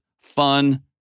fun